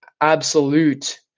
absolute